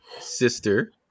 sister